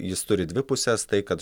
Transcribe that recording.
jis turi dvi puses tai kad